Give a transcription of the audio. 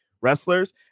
wrestlers